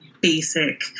basic